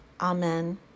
Amen